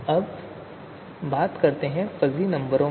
अब बात करते हैं फजी नंबरों की